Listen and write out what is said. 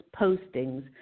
postings